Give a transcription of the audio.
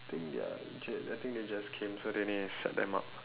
think ya you just they think just came so they need to set them up